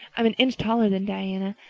i'm an inch taller than diana,